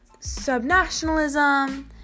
subnationalism